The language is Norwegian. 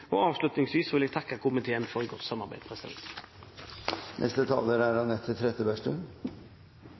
framtiden. Avslutningsvis vil jeg takke komiteen for et godt arbeid. Jeg synes det er